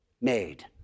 made